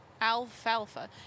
Alfalfa